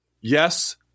yes